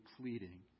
pleading